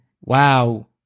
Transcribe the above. wow